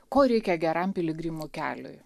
ko reikia geram piligrimų keliui